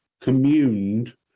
communed